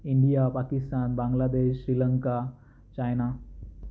India Pakistan Bangladesh Sri Lanka China